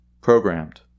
programmed